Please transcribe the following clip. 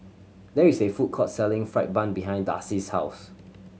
there is a food court selling fried bun behind Darcie's house